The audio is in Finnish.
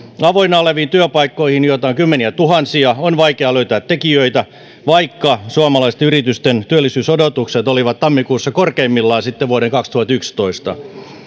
avoinna oleviin työpaikkoihin joita on kymmeniätuhansia on vaikea löytää tekijöitä vaikka suomalaisten yritysten työllisyysodotukset olivat tammikuussa korkeimmillaan sitten vuoden kaksituhattayksitoista